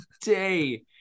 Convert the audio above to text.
day